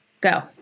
go